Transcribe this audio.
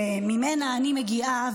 שממנה אני מגיעה,